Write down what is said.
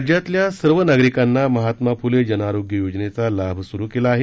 राज्यातल्या सर्व नागरिकांना महात्मा फुले जनआरोग्य योजनेचा लाभ सुरू केला आहे